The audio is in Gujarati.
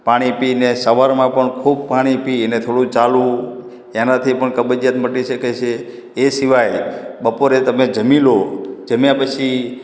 પાણી પીને સવારમાં પણ ખૂબ પાણી પીને થોડું ચાલવું એનાથી પણ કબજીયાત મટી શકે છે એ સિવાય બપોરે તમે જમી લો જમ્યા પછી